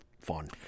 fun